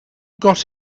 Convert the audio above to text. got